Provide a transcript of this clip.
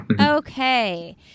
Okay